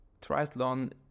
triathlon